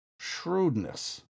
shrewdness